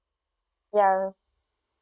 ya